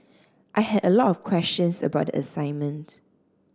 I had a lot of questions about the assignment